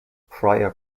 pryor